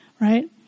right